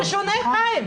זה שונה, חיים.